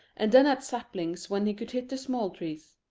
and then at saplings when he could hit the small trees.